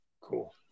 Cool